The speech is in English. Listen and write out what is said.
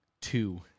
Two